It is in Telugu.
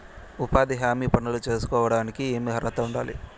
ఉపాధి హామీ పనులు సేసుకోవడానికి ఏమి అర్హత ఉండాలి?